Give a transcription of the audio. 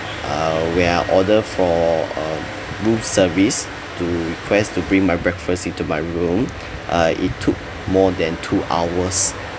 uh when I ordered for um room service to request to bring my breakfast into my room uh it took more than two hours